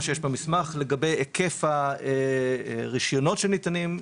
שיש במסמך לגבי היקף הרישיונות שניתנים,